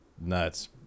nuts